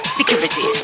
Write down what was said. Security